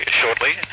shortly